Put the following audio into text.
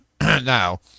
now